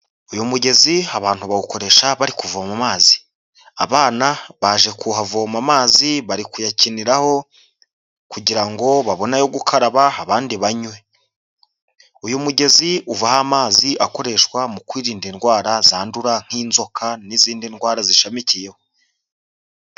Uyu mugezi abantu bawukoresha bari kuvoma mazi, abana baje kuhavoma amazi bari kuyakiniraho kugira ngo babone ayo gukaraba abandi banywe, uyu mugezi uvaho amazi akoreshwa mu kwirinda indwara zandura nk'inzoka n'izindi ndwara zishamikiyeho.